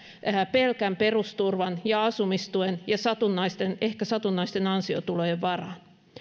pelkän perusturvan asumistuen ja ehkä satunnaisten ansiotulojen varaan